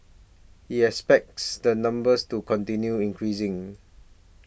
he expects the numbers to continue increasing